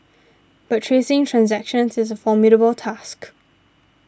but tracing transactions is a formidable task